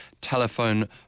telephone